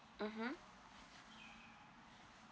mmhmm